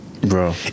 Bro